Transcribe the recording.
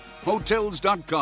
Hotels.com